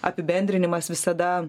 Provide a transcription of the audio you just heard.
apibendrinimas visada